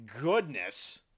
goodness